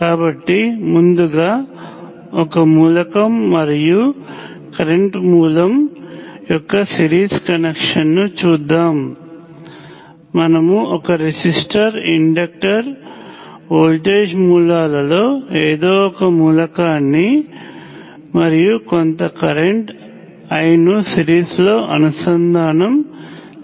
కాబట్టి ముందుగా ఒక మూలకం మరియు కరెంట్ మూలం యొక్క సీరీస్ కనెక్షన్ ను చూద్దాం మనము ఒక రెసిస్టర్ ఇండక్టర్ వోల్టేజ్ మూలాలలో ఎదో ఒక మూలకాన్ని మరియు కొంత కరెంట్ I ను సీరీస్లో అనుసంధానం చేద్దాము